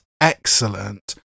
excellent